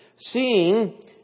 Seeing